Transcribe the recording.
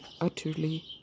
utterly